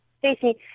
Stacey